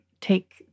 take